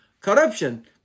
Corruption